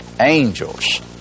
angels